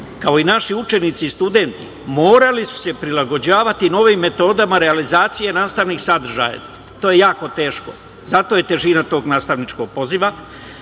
kao i naši učenici i studenti, morali su se prilagođavati novim metodama realizacije nastavnih sadržaja. To je jako teško i zato je težina tog nastavničkog poziva,